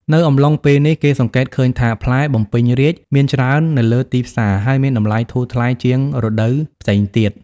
នៅអំឡុងពេលនេះ គេសង្កេតឃើញថាផ្លែបំពេញរាជ្យមានច្រើននៅលើទីផ្សារ ហើយមានតម្លៃធូរថ្លៃជាងរដូវផ្សេងទៀត។